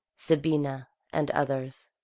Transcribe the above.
zabina, and others.